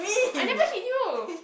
I never hit you